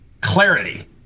Clarity